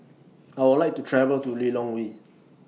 I Would like to travel to Lilongwe